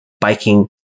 biking